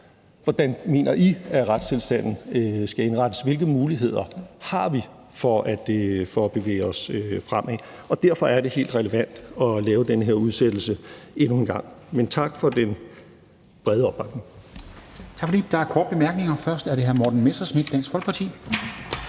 hvordan mener I at retstilstanden skal indrettes, og hvilke muligheder har vi for at bevæge os fremad? Og derfor er det helt relevant at lave den her udsættelse endnu en gang. Men tak for den brede opbakning.